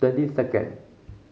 twenty second